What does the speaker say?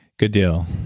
good deal.